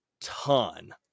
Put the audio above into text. ton